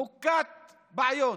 מוכת בעיות,